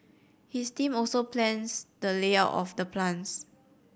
his team also plans the layout of the plants